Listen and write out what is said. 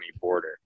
border